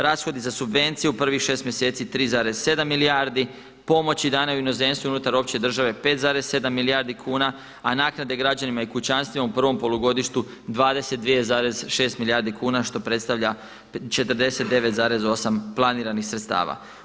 Rashodi za subvencije u prvih 6 mjeseci 3,7 milijardi, pomoći … u inozemstvu i unutar opće države 5,7 milijardi kuna a naknade građanima i kućanstvima u prvom polugodištu 22,6 milijardi kuna što predstavlja 49,8 planiranih sredstava.